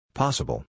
possible